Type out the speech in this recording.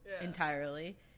entirely